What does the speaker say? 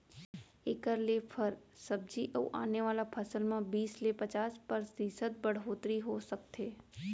एखर ले फर, सब्जी अउ आने फसल म बीस ले पचास परतिसत बड़होत्तरी हो सकथे